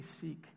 seek